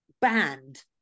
banned